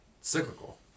cyclical